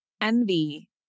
Envy